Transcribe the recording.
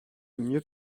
mieux